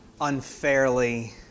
unfairly